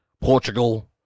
Portugal